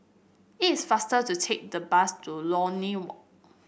it is faster to take the bus to Lornie Walk